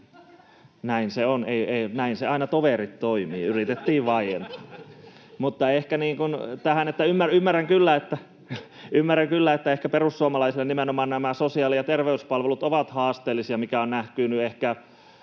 Näin se on, näin se aina, toverit, toimii: yritettiin vaientaa. Mutta ymmärrän kyllä, että ehkä perussuomalaisille nimenomaan nämä sosiaali- ja terveyspalvelut ovat haasteellisia, mikä on näkynyt ikävällä